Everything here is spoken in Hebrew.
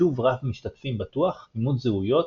חישוב רב משתתפים בטוח, אימות זהויות,